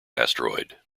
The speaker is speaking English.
asteroid